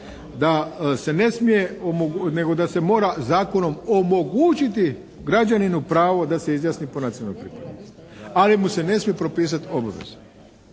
da se ne smije nego da se mora zakonom omogućiti građaninu pravo da se izjasni po nacionalnoj pripadnosti ali mu se ne smije propisati obaveza.